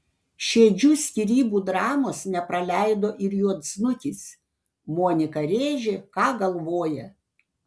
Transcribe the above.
šedžių skyrybų dramos nepraleido ir juodsnukis monika rėžė ką galvoja